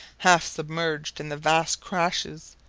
half submerged in the vast crashes,